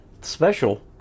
special